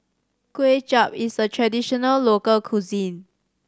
Kuay Chap is a traditional local cuisine